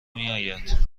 میآید